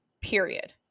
period